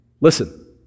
Listen